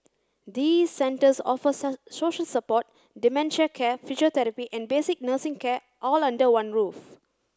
these centres offer social support dementia care physiotherapy and basic nursing care all under one roof